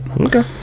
Okay